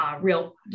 real